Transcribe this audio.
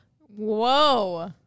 Whoa